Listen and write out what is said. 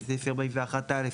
בסעיף 41(א)